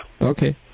Okay